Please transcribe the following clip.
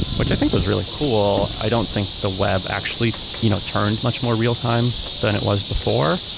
which i think was really cool i don't think the web actually you know turned much more real-time than it was before.